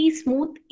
smooth